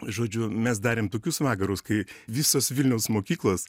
žodžiu mes darėm tokius vakarus kai visos vilniaus mokyklos